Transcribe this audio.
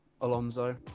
Alonso